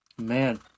Man